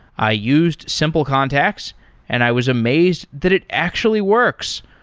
i used simple contacts and i was amazed that it actually works.